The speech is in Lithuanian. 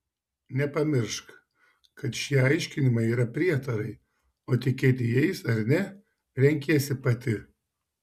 nepamiršk kad šie aiškinimai yra prietarai o tikėti jais ar ne renkiesi pati